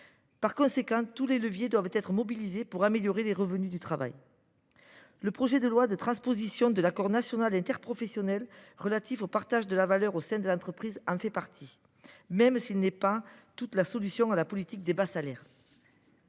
Par conséquent, tous les leviers doivent être mobilisés pour améliorer les revenus du travail. Le projet de loi de transposition de l’accord national interprofessionnel relatif au partage de la valeur au sein de l’entreprise en fait partie, même s’il ne constitue pas toute la solution à la politique des bas salaires.